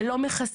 זה לא מכסה,